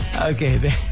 Okay